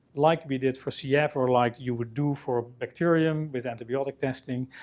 like we did for cf or like you would do for a bacterium with antibiotic testing.